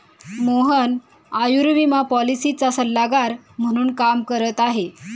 मोहन आयुर्विमा पॉलिसीचा सल्लागार म्हणून काम करत आहे